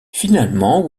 finalement